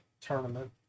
tournament